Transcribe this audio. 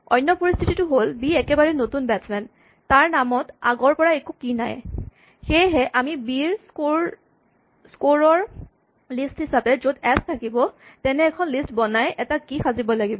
অন্য পৰিস্হিতিটো হ'ল বি একেবাৰে নতুন বেট্চমেন তাৰ নামত আগৰ পৰা একো কী নাই সেয়েহে আমি বি ৰ স্কৰ ৰ লিষ্ট হিচাপে য'ত এচ থাকিব তেনে এখন লিষ্ট বনাই এটা কী সাজিব লাগিব